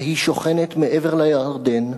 והיא שוכנת מעבר לירדן.